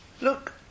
Look